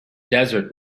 desert